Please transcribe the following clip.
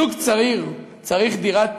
זוג צעיר צריך דירת